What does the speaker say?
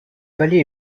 vallée